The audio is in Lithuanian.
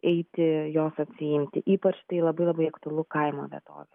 eiti jos atsiimti ypač tai labai labai aktualu kaimo vietovėm